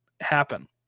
happen